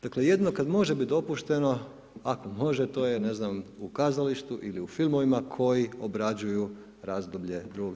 Dakle, jedino kad može biti dopušteno, ako može, to je, ne znam, u kazalištu ili u filmovima koji obrađuju razdoblje II.